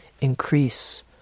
increase